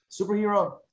superhero